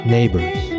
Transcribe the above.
Neighbors